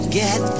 get